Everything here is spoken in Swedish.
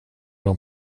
dem